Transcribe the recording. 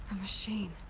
a machine.